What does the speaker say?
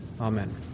Amen